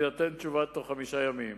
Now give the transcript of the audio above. ותינתן תשובה בתוך חמישה ימים.